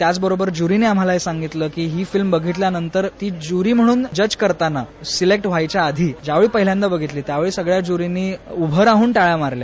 त्याच बरोबर ज्युरींनी आम्हाला सांगितलं की ही फिल्म बधितल्यानंतर ती ज्युरी म्हणून जज करताना सिलेक्ट व्हायच्या आधी ज्यावेळी पहिल्यांदा बहितली त्यावेळी सगळ्या ज्यूरींनी उभं राहन टाळ्या वाजविल्या